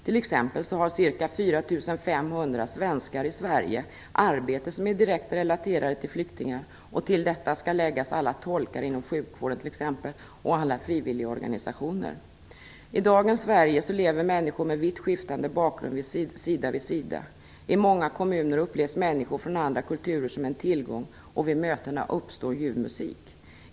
T.ex. har ca 4 500 svenskar i Sverige arbete som är direkt relaterat till flyktingar. Till detta skall läggas alla tolkar inom t.ex. sjukvården och frivilligorganisationerna. I dagens Sverige lever människor med vitt skiftande bakgrund sida vid sida. I många kommuner upplevs människor från andra kulturer som en tillgång, och vid mötena uppstår ljuv musik.